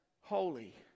holy